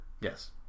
Yes